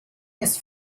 ist